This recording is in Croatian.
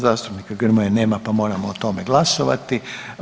Zastupnika Grmoje nema pa moramo o tome glasovati.